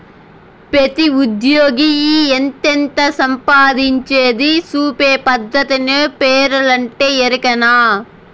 పెతీ ఉజ్జ్యోగి ఎంతెంత సంపాయించేది సూపే పద్దతే పేరోలంటే, ఎరికనా